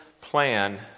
plan